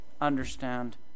understand